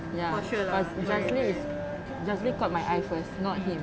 ya faz~ jazli is jazli caught my eye first not him